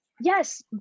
yes